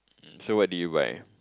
um so what did you buy